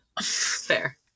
fair